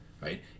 Right